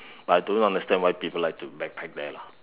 but I don't understand why people like to backpack there lah